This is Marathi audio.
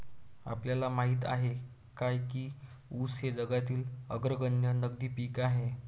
आपल्याला माहित आहे काय की ऊस हे जगातील अग्रगण्य नगदी पीक आहे?